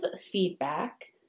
feedback